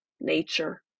nature